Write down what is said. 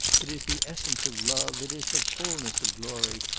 it is the essence of love, it is the fullness of glory,